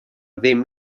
ddim